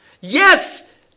Yes